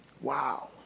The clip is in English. Wow